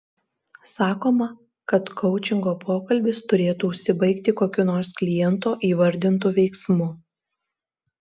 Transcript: sakoma kad koučingo pokalbis turėtų užsibaigti kokiu nors kliento įvardintu veiksmu